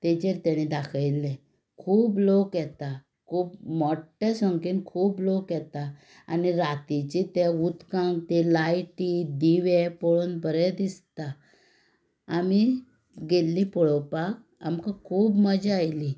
तेचेर तेणें दाखयल्लें खूब लोग येता खूब मोट्ठे संख्येन खूब लोग येता आनी रातीची ते उदकान ते लायटी दिवे पळोवन बरें दिसता आमी गेल्लीं पळोवपाक आमकां खूब मजा आयली